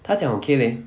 他讲 okay leh